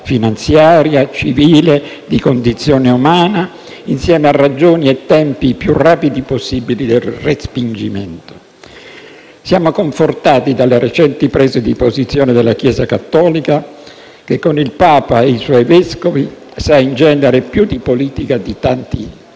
finanziaria, civile, e di condizione umana, insieme a ragioni e tempi, i più rapidi possibili, del respingimento. Siamo confortati dalle recenti prese di posizione della Chiesa cattolica, che con il Papa e i suoi vescovi, sa in genere più di politica di tanti nostri